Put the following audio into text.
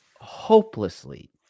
Hopelessly